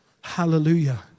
Hallelujah